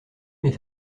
mais